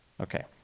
Okay